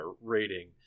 rating